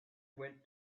went